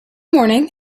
morning